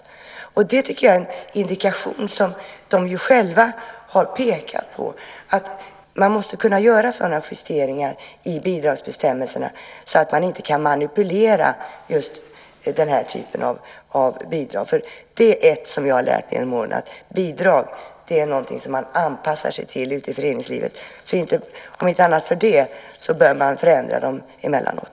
Det tycker jag är en indikation - och den har de ju själva pekat på - på att man måste kunna göra sådana justeringar i bidragsbestämmelserna så att den här typen av bidrag inte kan manipuleras. En sak som jag har lärt mig genom åren är att bidrag är någonting som man anpassar sig till ute i föreningslivet. Om inte annat så för den sakens skull bör man förändra dem emellanåt.